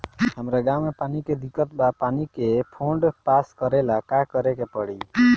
हमरा गॉव मे पानी के दिक्कत बा पानी के फोन्ड पास करेला का करे के पड़ी?